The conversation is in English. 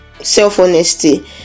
self-honesty